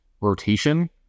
rotation